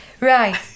Right